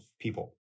people